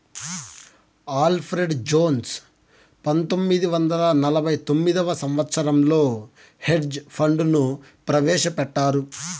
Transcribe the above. Alfred Jones పంతొమ్మిది వందల నలభై తొమ్మిదవ సంవచ్చరంలో హెడ్జ్ ఫండ్ ను ప్రవేశపెట్టారు